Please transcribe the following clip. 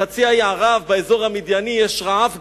בחצי האי ערב, באזור המדייני, יש רעב גדול,